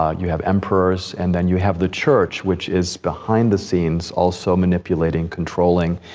ah you have emperors. and then you have the church, which is behind the scenes, also manipulating, controlling,